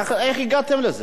איך הגעתם לזה?